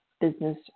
business